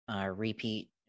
repeat